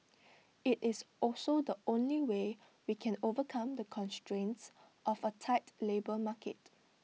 IT is also the only way we can overcome the constraints of A tight labour market